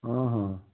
हाँ हाँ